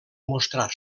mostrar